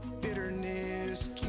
Bitterness